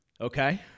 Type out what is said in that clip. okay